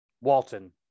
Walton